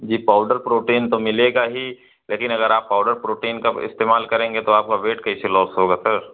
जी powder protein तो मिलेगा ही लेकिन अगर आप पाउडर प्रोटीन का इस्तेमाल करेंगे तो आपका वेट कैसे लॉस होगा सर